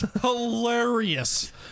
hilarious